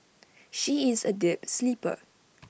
she is A deep sleeper